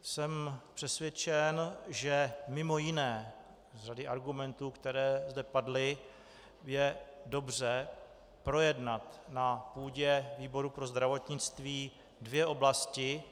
Jsem přesvědčen, že mimo jiné z řady argumentů, které zde padly, je dobře projednat na půdě výboru pro zdravotnictví dvě oblasti.